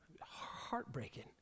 Heartbreaking